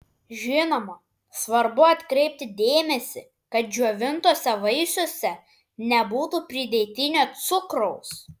žinoma svarbu atkreipti dėmesį kad džiovintuose vaisiuose nebūtų pridėtinio cukraus